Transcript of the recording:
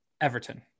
Everton